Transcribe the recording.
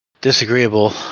disagreeable